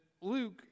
Luke